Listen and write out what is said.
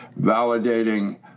validating